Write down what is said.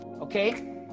okay